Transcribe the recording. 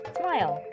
smile